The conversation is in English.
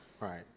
Right